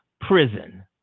prison